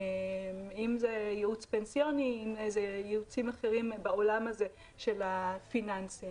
אם זה למשל ייעוץ פנסיוני או ייעוצים אחרים בעולם הזה של הפיננסים.